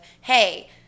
hey